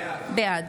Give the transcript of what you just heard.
בעד